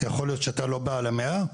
יכול להיות שאתה לא בעל המאה,